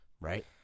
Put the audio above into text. Right